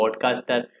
podcaster